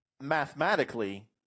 Mathematically